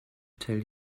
tell